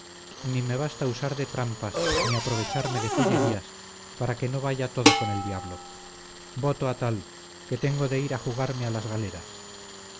ni me basta usar de trampas ni aprovecharme de fullerías para que no vaya todo con el diablo voto a tal que tengo de ir a jugarme a las galeras